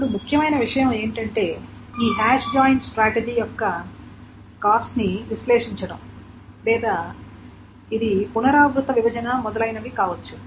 ఇప్పుడు ముఖ్యమైన విషయం ఏమిటంటే ఈ హాష్ జాయిన్ స్ట్రాటజీ యొక్క కాస్ట్ ని విశ్లేషించడం లేదా ఇది పునరావృత విభజన మొదలైనవి కావచ్చు